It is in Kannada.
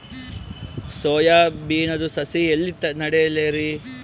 ಸೊಯಾ ಬಿನದು ಸಸಿ ಎಲ್ಲಿ ನೆಡಲಿರಿ?